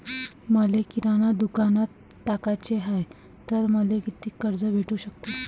मले किराणा दुकानात टाकाचे हाय तर मले कितीक कर्ज भेटू सकते?